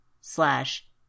slash